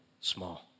small